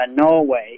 Norway